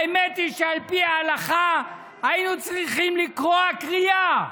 האמת היא שעל פי ההלכה היו צריכים לקרוע קריעה.